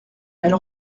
elle